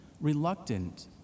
reluctant